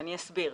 ואני אסביר.